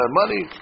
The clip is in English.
money